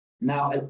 Now